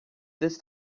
this